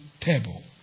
table